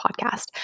Podcast